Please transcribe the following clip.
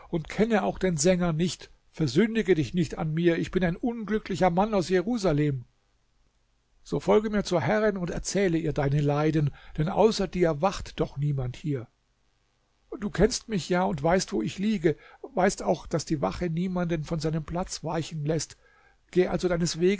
und kenne auch den sänger nicht versündige dich nicht an mir ich bin ein unglücklicher mann aus jerusalem so folge mir zur herrin und erzähle ihr deine leiden denn außer dir wacht doch niemand hier du kennst mich ja und weißt wo ich liege weißt auch daß die wache niemanden von seinem platz weichen läßt geh also